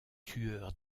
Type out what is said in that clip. tueur